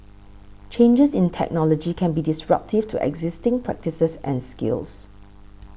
changes in technology can be disruptive to existing practices and skills